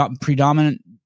predominant